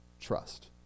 trust